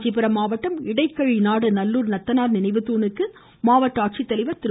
காஞ்சிபுரம் மாவட்டம் இடைக்கழிநாடு நல்லூர் ்நத்தனார் நினைவு தூணுக்கு மாவட்ட ஆட்சித்தலைவர் திரு